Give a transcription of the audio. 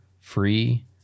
free